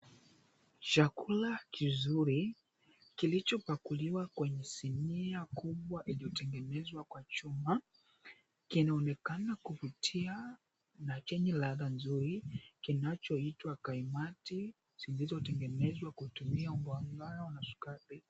Chakula kizuri, kilichopakuliwa kwenye sinia kubwa iliyotengenezwa kwa chuma. Kinaonekana kuvutia na chenye ladha nzuri. Kinachoitwa kaimati, zilizotengenezwa kutumia unga wa ngano na sukari.